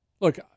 Look